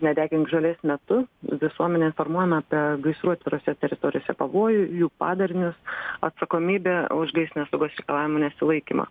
nedegink žolės metu visuomenė informuojama apie gaisrų atvirose teritorijose pavojų jų padarinius atsakomybę už gaisrinės saugos reikalavimų nesilaikymą